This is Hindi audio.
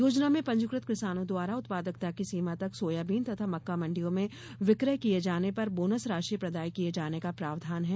योजना में पंजीकृत किसानों द्वारा उत्पादकता की सीमा तक सोयाबीन तथा मक्का मण्डियों में विक्रय किये जाने पर बोनस राशि प्रदाय किये जाने का प्रावधान है